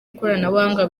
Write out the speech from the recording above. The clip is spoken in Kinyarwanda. ikoranabuhanga